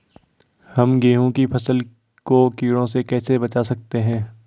हम गेहूँ की फसल को कीड़ों से कैसे बचा सकते हैं?